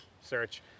search